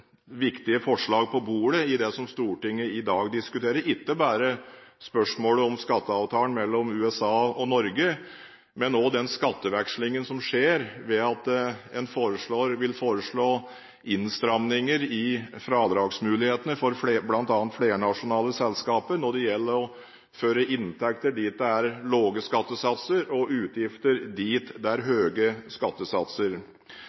viktige områder. Derfor ligger det også et viktig forslag på bordet i det som Stortinget i dag diskuterer – ikke bare spørsmålet om skatteavtalen mellom USA og Norge, men også den skattevekslingen som skjer ved at en vil foreslå innstramminger i fradragsmulighetene for bl.a. flernasjonale selskaper når det gjelder å føre inntekter dit det er lave skattesatser og utgifter dit